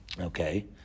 Okay